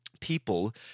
people